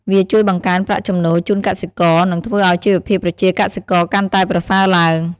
វាជួយបង្កើនប្រាក់ចំណូលជូនកសិករ និងធ្វើឱ្យជីវភាពប្រជាកសិករកាន់តែប្រសើរឡើង។